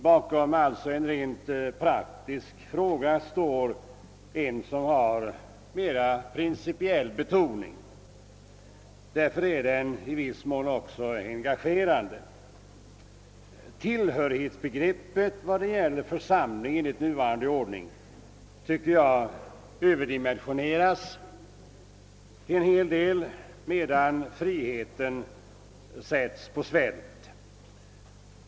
Bakom en rent praktisk fråga står alltså en som är av mer principiell natur. Därför är frågan också engagerande. Tillhörighetsbegreppet vad beträffar församling enligt nuvarande ordning överdimensioneras en hel del, medan friheten sätts på svält.